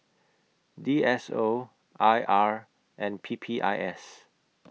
D S O I R and P P I S